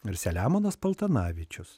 ir selemonas paltanavičius